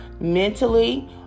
mentally